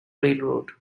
railroad